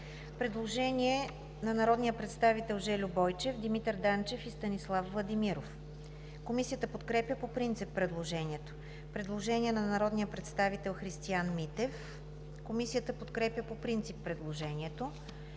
предложение на народните представители Жельо Бойчев, Димитър Данчев и Станислав Владимиров. Комисията подкрепя по принцип предложението. Предложение на народния представител Христиан Митев. Комисията подкрепя по принцип предложението.